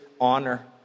honor